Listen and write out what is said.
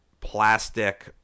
plastic